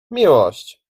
miłość